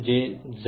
Zg